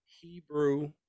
Hebrew